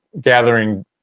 gathering